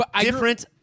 different